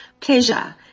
pleasure